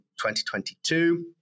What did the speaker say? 2022